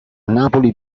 napoli